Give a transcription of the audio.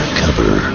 cover